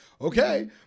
Okay